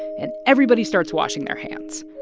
and everybody starts washing their hands.